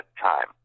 time